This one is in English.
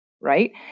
right